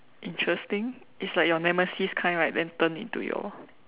interesting it's like your nemesis kind right then turn into your